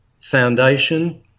Foundation